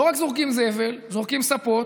לא רק זורקים זבל, זורקים ספות,